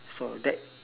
so that